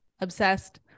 obsessed